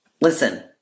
Listen